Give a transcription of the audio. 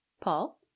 Paul